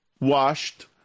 washed